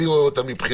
אני רואה מבחינתי,